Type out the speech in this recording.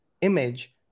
image